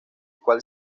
cual